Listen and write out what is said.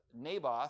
Naboth